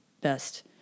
best